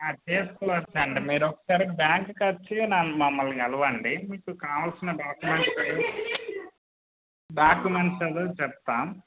చేసుకోవచ్చు అండి మీరు ఒకసారి బ్యాంకుకి వచ్చి నన్ను మమ్మల్ని కలవండి మీకు కావాల్సిన డాక్యుమెంట్ ఫైల్స్ డాక్యుమెంట్స్ అది చెప్తాము